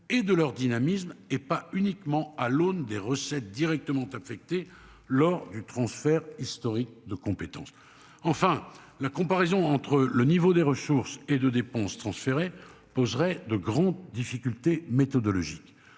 et de leur dynamisme et pas uniquement à l'aune des recettes directement affecté lors du transfert historique de compétence. Enfin, la comparaison entre le niveau des ressources et de dépenses transférées poserait de grandes difficultés méthodologiques,